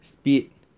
speed